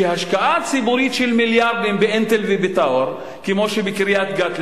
שהשקעה ציבורית של מיליארדים ב"אינטל" וב"טאואר" כמו שבקריית-גת,